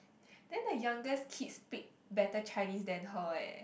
then the youngest kid speak better Chinese than her eh